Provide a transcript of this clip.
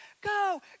Go